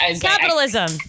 capitalism